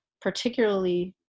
particularly